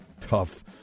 tough